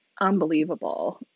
unbelievable